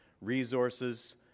resources